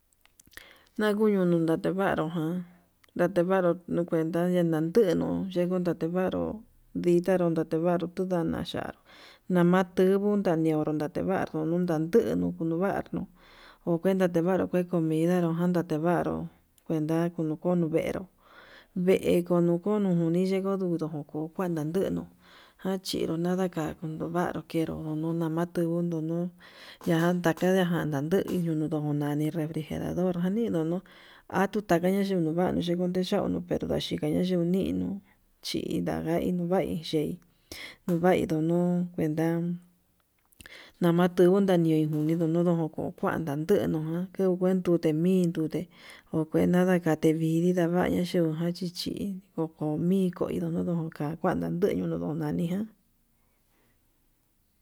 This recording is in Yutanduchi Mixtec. Naguu ñunu natevanro ján ndatevaro nakuneta ndunatenuu, yenutevanro nditaro ye nuu tevaro tunama ya'á nama tenguo ndandioro natevaru no'o, ndantunu kunuvarnuu ho kuenta tevaro ke'e comida nro ján ndatevanru kuenta kon kono venró ve'e kuno kunoni yendu ndoko'o kuanda neno nachinro kanda kuando ndundu va'a kenru nonota'a teundu no'o, ya anda tanda ta'a nuu utu nani refrijerador janino nuu atuyakanra chinonaru yeunde yaunu pero nachikaña yiunino, chi indava yinovai ye'í novai ndunuu kuenta namateunu ndani uni ndono'o oko kuanta tenuu ján kuen diute milte okuenta naka tevidi nava'a ña'a xhioka chichi ndiko'o ko'o mingo inda yunu ka'a nakuan tandeyu nian ndono nani ka'a.